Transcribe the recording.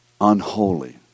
unholy